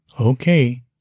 Okay